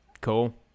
Cool